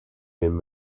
been